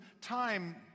time